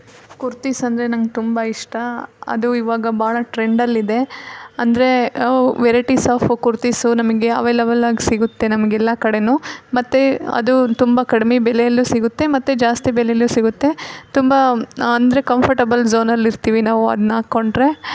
ಕುರ್ತಿಸ್ ಅಂದರೆ ನಂಗೆ ತುಂಬ ಇಷ್ಟ ಅದು ಇವಾಗ ಭಾಳ ಟ್ರೆಂಡಲ್ಲಿದೆ ಅಂದರೆ ವೆರೈಟಿಸ್ ಆಫ್ ಕುರ್ತಿಸು ನಮಗೆ ಅವೆಲಬಲಾಗಿ ಸಿಗುತ್ತೆ ನಮಗೆಲ್ಲ ಕಡೆಯೂ ಮತ್ತು ಅದು ತುಂಬ ಕಡಿಮೆ ಬೆಲೇಲೂ ಸಿಗುತ್ತೆ ಮತ್ತು ಜಾಸ್ತಿ ಬೆಲೇಲೂ ಸಿಗುತ್ತೆ ತುಂಬ ಅಂದರೆ ಕಂಫರ್ಟಬಲ್ ಝೋನಲ್ಲಿರ್ತಿವಿ ನಾವು ಅದ್ನ ಹಾಕೊಂಡ್ರೆ